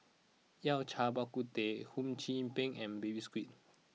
Yao Cai Bak Kut Teh Hum Chim Peng and Baby Squid